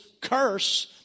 curse